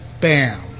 bam